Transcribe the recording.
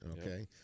Okay